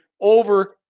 over